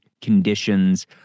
conditions